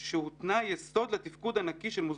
תוך כדי דיון הודיע המבקר על פתיחת ביקורת מטעמו,